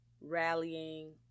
rallying